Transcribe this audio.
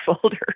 folder